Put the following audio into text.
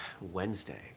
Wednesday